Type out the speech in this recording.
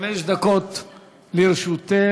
חמש דקות לרשותך.